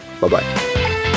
Bye-bye